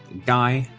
guy,